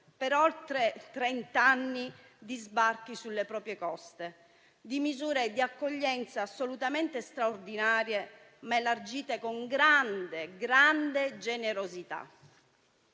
per oltre trent'anni di sbarchi sulle proprie coste, di misure di accoglienza assolutamente straordinarie, ma elargite con grande generosità.